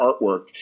artwork